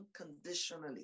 unconditionally